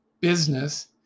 business